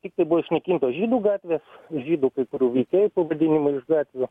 tiktai buvo išnaikintos žydų gatvės žydų kai kurių veikėjų pavadinimai iš gatvių